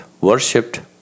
worshipped